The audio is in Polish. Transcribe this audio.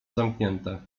zamknięte